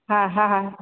हा हा हा